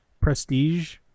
prestige